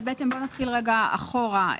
נתחיל אחורה.